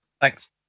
Thanks